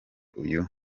uyu